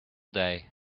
day